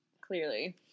Clearly